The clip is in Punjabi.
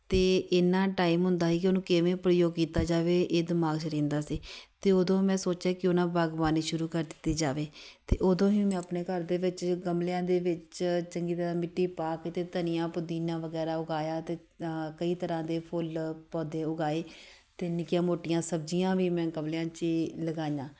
ਅਤੇ ਇੰਨਾਂ ਟਾਈਮ ਹੁੰਦਾ ਸੀ ਕਿ ਉਹਨੂੰ ਕਿਵੇਂ ਪ੍ਰਯੋਗ ਕੀਤਾ ਜਾਵੇ ਇਹ ਦਿਮਾਗ਼ 'ਚ ਰਹਿੰਦਾ ਸੀ ਅਤੇ ਉਦੋਂ ਮੈਂ ਸੋਚਿਆ ਕਿਉਂ ਨਾ ਬਾਗਬਾਨੀ ਸ਼ੁਰੂ ਕਰ ਦਿੱਤੀ ਜਾਵੇ ਅਤੇ ਉਦੋਂ ਹੀ ਮੈਂ ਆਪਣੇ ਘਰ ਦੇ ਵਿੱਚ ਗਮਲਿਆਂ ਦੇ ਵਿੱਚ ਚੰਗੀ ਤਰ੍ਹਾਂ ਮਿੱਟੀ ਪਾ ਕੇ ਅਤੇ ਧਨੀਆ ਪੁਦੀਨਾ ਵਗੈਰਾ ਉਗਾਇਆ ਅਤੇ ਕਈ ਤਰ੍ਹਾਂ ਦੇ ਫੁੱਲ ਪੌਦੇ ਉਗਾਏ ਅਤੇ ਨਿੱਕੀਆਂ ਮੋਟੀਆਂ ਸਬਜ਼ੀਆਂ ਵੀ ਮੈਂ ਗਮਲਿਆਂ 'ਚ ਹੀ ਲਗਾਈਆਂ